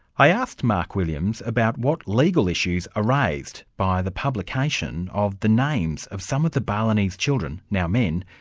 i asked mark williams about what legal issues are raised by the publication of the names of some of the balinese children, now men,